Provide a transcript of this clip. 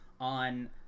on